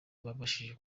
babashije